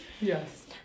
Yes